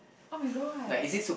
oh-my-god